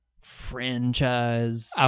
franchise